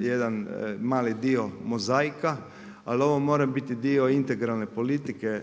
jedan mali dio mozaika, ali ovo mora biti dio integralne politike,